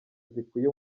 zikwiye